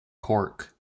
cork